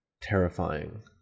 terrifying